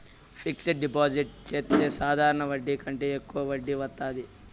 fixed deposit చెత్తే సాధారణ వడ్డీ కంటే యెక్కువ వడ్డీ వత్తాది